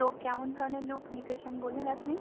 তো কেমন ধরনের লুক নিতে চান বলুন আপনি